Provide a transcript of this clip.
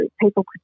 people